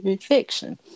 fiction